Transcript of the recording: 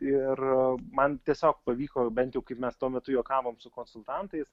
ir man tiesiog pavyko bent jau kaip mes tuo metu juokavom su konsultantais